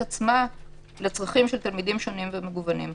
עצמה לצרכים של תלמידים שונים ומגוונים.